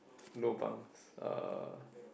lobangs uh